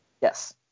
Yes